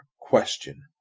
question